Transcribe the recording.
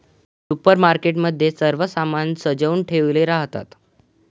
supermarket मध्ये सर्व सामान सजवुन ठेवले राहतात